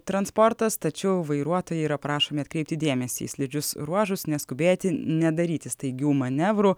transportas tačiau vairuotojai yra prašomi atkreipti dėmesį į slidžius ruožus neskubėti nedaryti staigių manevrų